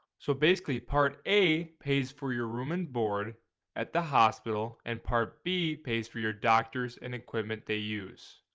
so basically part a pays for your room and board at the hospital and part b pays for your doctors and equipment they use.